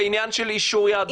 בעניין של רישום יהדות.